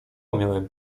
miałem